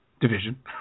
Division